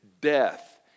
death